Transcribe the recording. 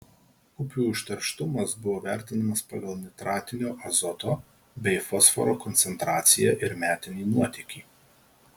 upių užterštumas buvo vertinamas pagal nitratinio azoto bei fosforo koncentraciją ir metinį nuotėkį